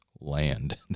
land